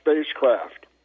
spacecraft